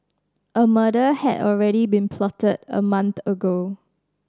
a murder had already been plotted a month ago